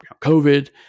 COVID